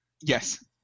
yes